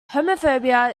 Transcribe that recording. homophobia